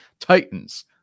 Titans